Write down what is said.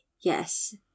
Yes